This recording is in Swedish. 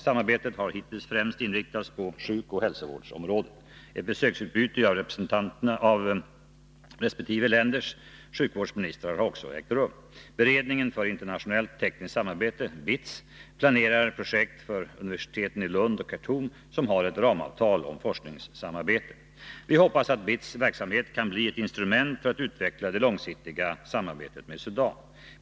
Samarbetet har hittills främst inriktats på sjukoch hälsovårdsområdet. Ett besöksutbyte av resp. länders sjukvårdsministrar har också ägt rum. Beredningen för internationellt tekniskt samarbete planerar projekt för universiteten i Lund och Khartoum, som har ett ramavtal om forskningssamarbete. Vi hoppas att BITS verksamhet kan bli ett instrument för att utveckla det långsiktiga samarbetet med Sudan.